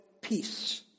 peace